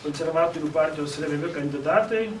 konservatorių partijos remiami kandidatai